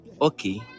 Okay